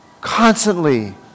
constantly